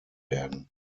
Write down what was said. werden